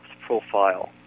profile